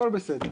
הכול בסדר.